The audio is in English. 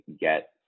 get